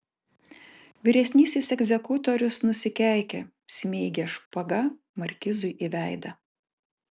vyresnysis egzekutorius nusikeikė smeigė špaga markizui į veidą